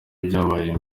ibyabaye